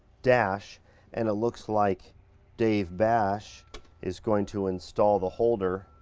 dash and it looks like dave bash is going to install the holder.